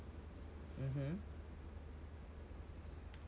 mmhmm